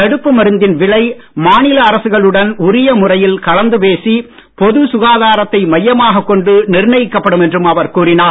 தடுப்பு மருந்தின் விலை மாநில அரசுகளுடன் உரிய முறையில் கலந்து பேசி பொது சுகாதாரத்தை மையமாகக் கொண்டு நிர்ணயிக்கப்படும் என்றும் அவர் கூறினார்